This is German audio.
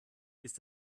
ist